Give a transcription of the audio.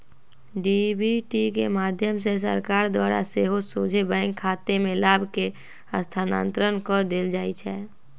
DBT के माध्यम से सरकार द्वारा सेहो सोझे बैंक खतामें लाभ के स्थानान्तरण कऽ देल जाइ छै